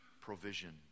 Provision